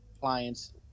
clients